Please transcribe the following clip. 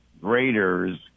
graders